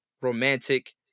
romantic